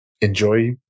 enjoy